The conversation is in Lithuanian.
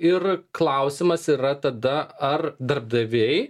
ir klausimas yra tada ar darbdaviai